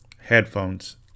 headphones